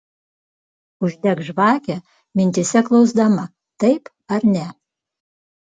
uždek žvakę mintyse klausdama taip ar ne